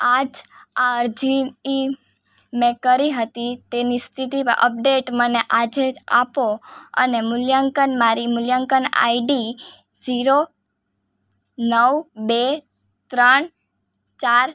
આજ આ અરજી એ મેં કરી હતી તેની સ્થિતિ અપડેટ મને આજે જ આપો અને મૂલ્યાંકન મારી મૂલ્યાંકન આઈડી ઝીરો નવ બે ત્રણ ચાર